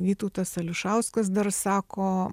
vytautas ališauskas dar sako